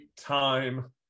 time